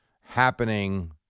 happening